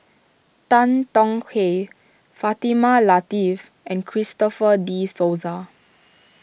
Tan Tong Hye Fatimah Lateef and Christopher De Souza